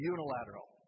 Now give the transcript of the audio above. Unilateral